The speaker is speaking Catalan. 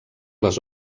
les